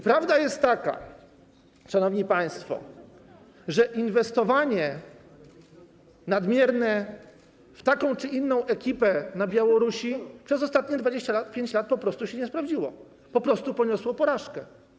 Prawda jest taka, szanowni państwo, że nadmierne inwestowanie w taką czy inną ekipę na Białorusi przez ostatnie 25 lat po prostu się nie sprawdziło, po prostu poniosło porażkę.